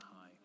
high